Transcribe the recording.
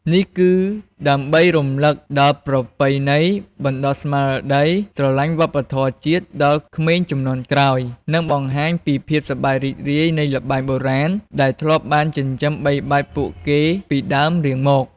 នេះគឺដើម្បីរំលឹកដល់ប្រពៃណី បណ្តុះស្មារតីស្រឡាញ់វប្បធម៌ជាតិដល់ក្មេងជំនាន់ក្រោយ និងបង្ហាញពីភាពសប្បាយរីករាយនៃល្បែងបុរាណដែលធ្លាប់បានចិញ្ចឹមបីបាច់ពួកគេពីដើមរៀងមក។